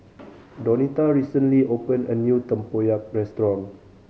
Donita recently opened a new tempoyak restaurant